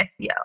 SEO